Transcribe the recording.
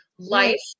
life